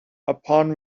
upon